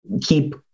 keep